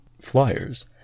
flyers